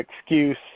excuse